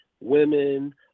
Women